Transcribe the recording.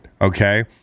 Okay